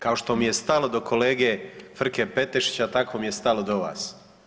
Kao što mi je stalo do kolege Frke Petešića, tako mi je stalo do vas.